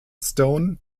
stone